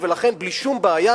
ולכן בלי שום בעיה,